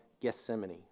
Gethsemane